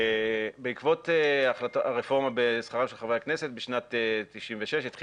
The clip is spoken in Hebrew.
בעקבות הרפורמה בשכרם של חברי הכנסת בשנת 96' התחיל